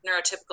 neurotypical